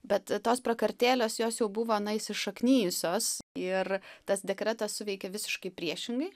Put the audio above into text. bet tos prakartėlės jos jau buvo įsišaknijusios ir tas dekretas suveikė visiškai priešingai